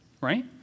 Right